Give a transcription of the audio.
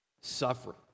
suffering